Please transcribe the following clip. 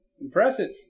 Impressive